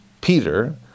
Peter